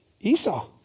Esau